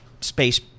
space